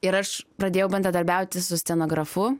ir aš pradėjau bendradarbiauti su scenografu